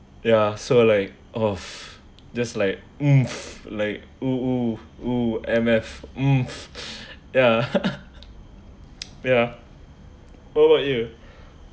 ya so like off just like mm like oh oh M_F mm ya ya what about you